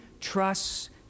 trusts